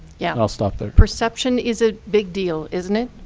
yeah. i'll stop there. perception is a big deal, isn't it?